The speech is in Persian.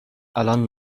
الان